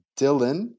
Dylan